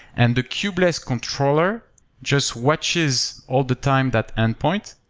and the kubeless controller just watches all the time that endpoint.